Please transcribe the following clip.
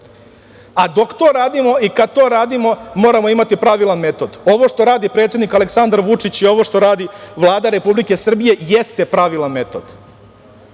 A dok to radimo i kad to radimo, moramo imati pravilan metod. Ovo što radi predsednik Aleksandar Vučić i ovo što radi Vlada Republike Srbije jeste pravilan metod.